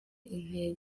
intege